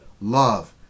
love